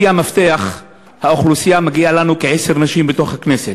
על-פי מפתח האוכלוסייה מגיע לנו כעשר נשים בכנסת.